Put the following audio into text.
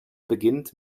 beginnt